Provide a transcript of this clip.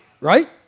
Right